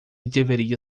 deveria